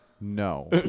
No